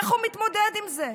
איך הוא מתמודד עם זה?